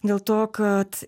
dėl to kad